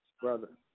Brother